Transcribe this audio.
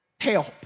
Help